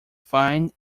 fine